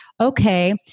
Okay